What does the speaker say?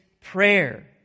prayer